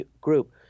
group